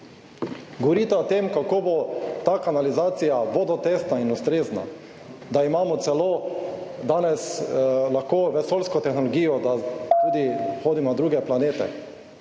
Govorite o tem, kako bo ta kanalizacija vodotesna in ustrezna, da imamo celo danes lahko vesoljsko tehnologijo, da tudi hodimo na druge planete,